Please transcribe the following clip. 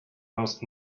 most